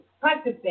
practice